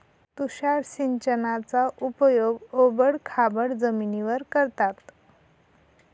तुषार सिंचनाचा उपयोग ओबड खाबड जमिनीवर करतात